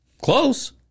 Close